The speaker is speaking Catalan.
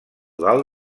dalt